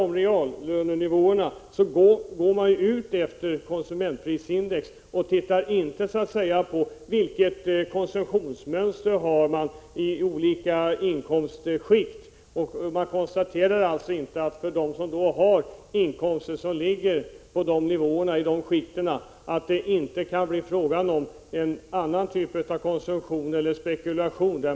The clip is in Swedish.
I lönestatistiken utgår man från konsumentprisindex och tar inte hänsyn till de konsumtionsmönster som förekommer i de olika inkomstskikten. I vissa löneskikt kan det inte bli fråga om mer eller mindre momsbefriad konsumtion.